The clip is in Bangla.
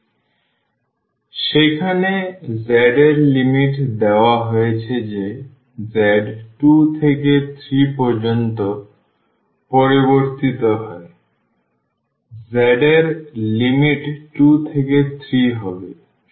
সুতরাং সেখানে z এর লিমিট দেওয়া হয়েছে যে z 2 থেকে 3 পর্যন্ত পরিবর্তিত হয় সুতরাং z এর লিমিট 2 থেকে 3 হবে